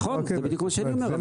נכון, זה בדיוק מה שאני אומר.